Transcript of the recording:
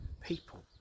people